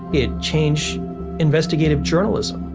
it changed investigative journalism,